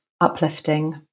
uplifting